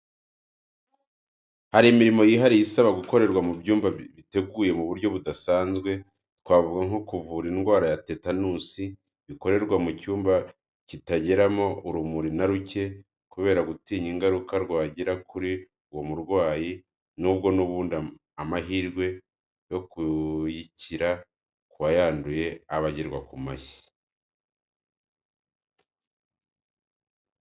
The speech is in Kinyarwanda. Hari imirimo yihariye isaba gukorerwa mu byumba biteguye mu buryo budasanzwe, twavuga nko kuvura indwara ya tetanusi, bikorerwa mu cyumba kitageramo urumuri na ruke, kubera gutinya ingaruka rwagira kuri uwo murwayi nubwo n'ubundi amahirwe yo kuyikira ku wayanduye aba agerwa ku mashyi.